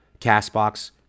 CastBox